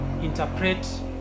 interpret